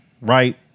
right